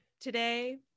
today